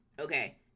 Okay